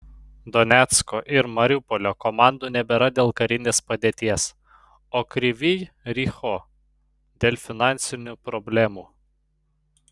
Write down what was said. donecko ir mariupolio komandų nebėra dėl karinės padėties o kryvyj riho dėl finansinių problemų